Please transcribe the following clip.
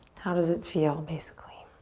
how does it feel basically?